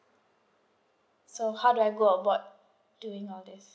so how do I go about doing all these